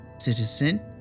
citizen